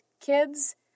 kids